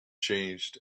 changed